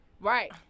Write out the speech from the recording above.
Right